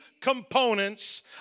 components